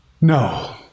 No